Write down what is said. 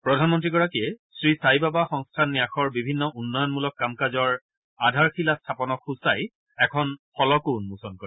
প্ৰধানমন্ত্ৰীগৰাকীয়ে শ্ৰীছাইবাবা সংস্থান ন্যাসৰ বিভিন্ন উন্নয়নমূলক কাম কাজৰ আধাৰশিলা স্থাপনক সূচাই এখন ফলকো উম্মোচন কৰে